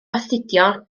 astudio